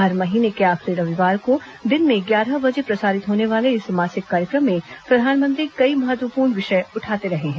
हर महीने के आखिरी रविवार को दिन में ग्यारह बजे प्रसारित होने वाले इस मासिक कार्यक्रम में प्रधानमंत्री कई महत्वपूर्ण विषय उठाते रहे हैं